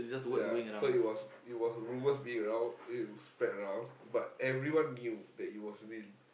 ya so it was it was rumours being around it spread around but everyone knew that it was real